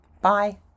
Bye